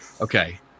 Okay